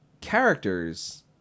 characters